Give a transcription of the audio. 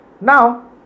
Now